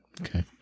Okay